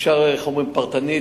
אפשר פרטנית,